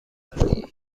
برای